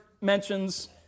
mentions